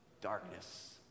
Darkness